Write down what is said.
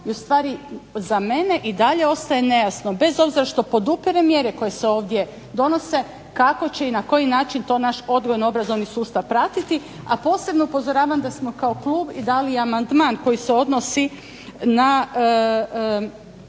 i ustvari za mene i dalje ostaje nejasno, bez obzira što podupirem mjere koje se ovdje donose, kako će i na koji način to naš odgojno-obrazovni sustav pratiti. A posebno upozoravam da smo kao klub i dali amandman koji se odnosi na